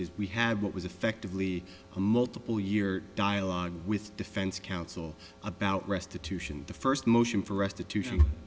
is we had what was effectively a multiple year dialogue with defense counsel about restitution the first motion for restitution